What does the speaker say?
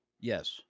Yes